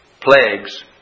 plagues